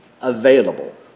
available